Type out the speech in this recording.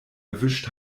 erwischt